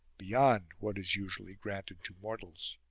beyond what is usually granted to mortals.